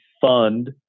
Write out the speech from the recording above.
fund